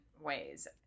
ways